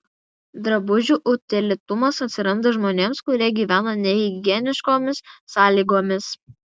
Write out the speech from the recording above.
drabužių utėlėtumas atsiranda žmonėms kurie gyvena nehigieniškomis sąlygomis